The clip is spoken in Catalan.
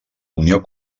unió